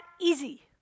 easy